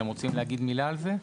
אתם רוצים להגיד מילה על זה?